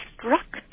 construct